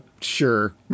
Sure